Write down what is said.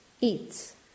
eats